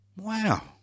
wow